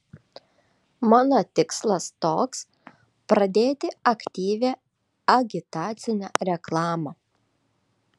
mano tikslas toks pradėti aktyvią agitacinę reklamą